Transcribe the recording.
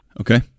Okay